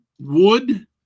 wood